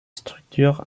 structure